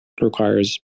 requires